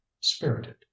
spirited